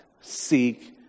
seek